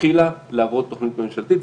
התחילה לעבוד תוכנית ממשלתית.